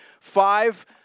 five